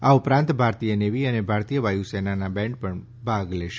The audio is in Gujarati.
આ ઉપરાંત ભારતીય નેવી અને ભારતીય વાયુ સેનાના બેન્ડ પણ ભાગ લેશે